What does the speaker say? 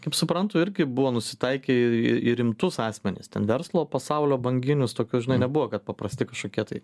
kaip suprantu irgi buvo nusitaikę į į į rimtus asmenis ten verslo pasaulio banginius tokių žinai nebuvo kad paprasti kažkokie tai